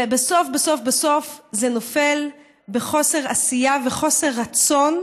ובסוף בסוף בסוף זה נופל בחוסר עשייה וחוסר רצון,